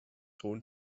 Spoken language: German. hohen